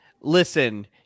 Listen